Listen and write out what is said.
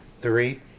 Three